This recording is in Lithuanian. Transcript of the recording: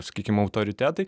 sakykim autoritetai